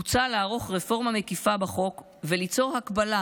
מוצע לערוך רפורמה מקיפה בחוק וליצור הקבלה